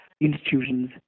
institutions